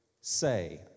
say